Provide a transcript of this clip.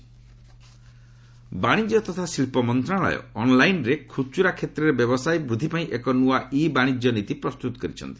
ଇ commerce policy ବାଣିଜ୍ୟ ତଥା ଶିଳ୍ପ ମନ୍ତ୍ରଣାଳୟ ଅନ୍ଲାଇନ୍ରେ ଖୁଚୁରା କ୍ଷେତ୍ରରେ ବ୍ୟବସାୟ ବୃଦ୍ଧି ପାଇଁ ଏକ ନୂଆ ଇ ବାଶିଜ୍ୟ ନୀତି ପ୍ରସ୍ତୁତ କରିଛନ୍ତି